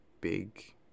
big